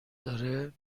داره